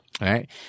Right